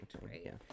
right